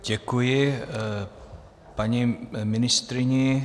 Děkuji paní ministryni.